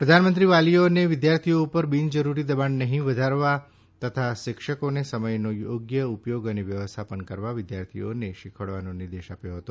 પ્રધાનમંત્રીએ વાલીઓને વિદ્યાર્થીઓ ઉપર બિનજરૂરી દબાણ નહીં વધારવા તથા શિક્ષકોને સમથનો થોગ્ય ઉપયોગ અને વ્યવસ્થાપન કરવા વિદ્યાર્થીઓને શીખવાડવાનો નિર્દેશ આપ્યો હતો